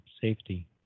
safety